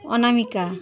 অনামিকা